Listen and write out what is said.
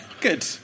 good